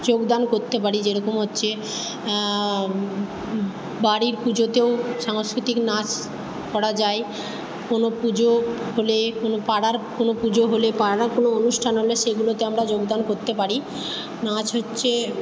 যোগদান করতে পারি যেরকম হচ্ছে বাড়ির পুজোতেও সাংস্কৃতিক নাচ করা যায় কোনও পুজো হলে কোনও পাড়ার কোনও পুজো হলে পাড়ার কোনও অনুষ্ঠান হলে সেগুলোতে আমরা যোগদান করতে পারি নাচ হচ্ছে